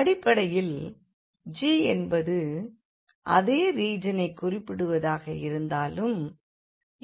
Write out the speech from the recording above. அடிப்படையில் G என்பது அதே ரீஜனைக் குறிப்பிடுவதாக இருந்தாலும்